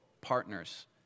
partners